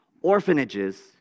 Orphanages